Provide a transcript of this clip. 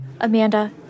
Amanda